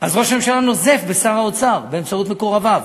אז ראש הממשלה נוזף בשר האוצר באמצעות מקורביו,